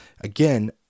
again